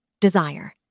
Desire